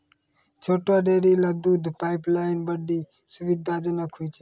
छोटो डेयरी ल दूध पाइपलाइन बड्डी सुविधाजनक होय छै